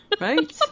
right